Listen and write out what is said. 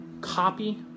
copy